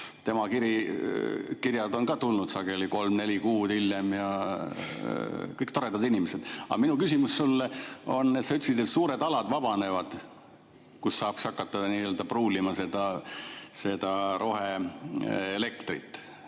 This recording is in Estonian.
tema kirjad on tulnud sageli kolm kuni neli kuud hiljem. Kõik toredad inimesed. Aga minu küsimus sulle. Sa ütlesid, et suured alad vabanevad, kus saaks hakata nii-öelda pruulima seda roheelektrit.